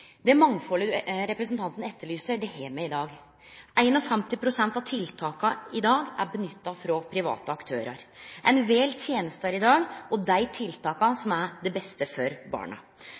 Det mangfaldet representanten etterlyser, har me i dag. 51 pst. av tiltaka i dag er benytta av private aktørar. Ein vel tenester i dag, og dei tiltaka som er det beste for barna.